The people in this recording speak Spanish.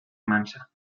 mansa